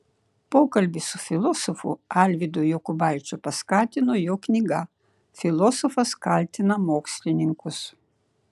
pokalbį su filosofu alvydu jokubaičiu paskatino jo knyga filosofas kaltina mokslininkus